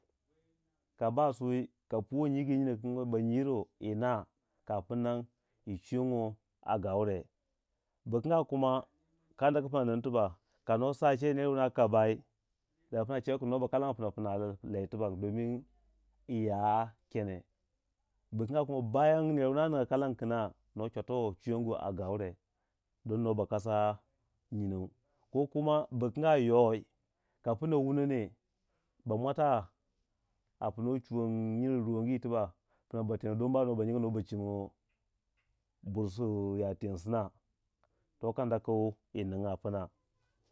Ka ba suwi ka puwai nyigu yiru nyinno ku kangu wei ba nyi yiro yi na kapunnan yi chwiyongyo a gaure bu kanga kuma kanda ku pna wug tibak ka nwo sar che ner wuna ka bayi kuma ner wuna ningya kalangu kuna nwo chwatuwei chwiyingo a gaure ding nuwa ba kasa nyino ko kuma bu kang yoi ka pna wunone ba mwata a pno chuwon nyinou ruwongi tibak pna ba teno don no ba nyinga no ba cingo bur si ya teng sna, to kadda ku yi ningu a pna.